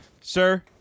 Sir